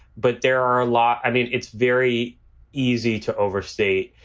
but there are a lot. i mean, it's very easy to overstate.